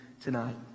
tonight